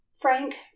Frank